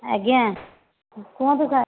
ଆଜ୍ଞା କୁହନ୍ତୁ ସାର୍